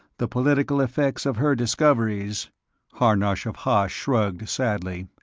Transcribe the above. the political effects of her discoveries harnosh of hosh shrugged sadly.